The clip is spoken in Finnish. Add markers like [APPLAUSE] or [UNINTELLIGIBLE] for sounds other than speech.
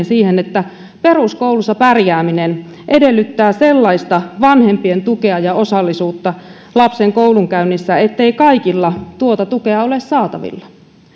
[UNINTELLIGIBLE] siihen että peruskouluissa pärjääminen edellyttää sellaista vanhempien tukea ja osallisuutta lapsen koulunkäynnissä ettei kaikilla tuota tukea ole saatavilla